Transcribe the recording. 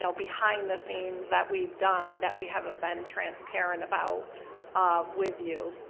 so behind the scenes that we've done that we haven't been transparent about with you